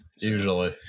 usually